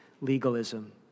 legalism